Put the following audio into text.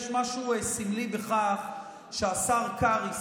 יש משהו סמלי בכך שהשר קרעי,